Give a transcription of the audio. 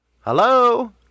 Hello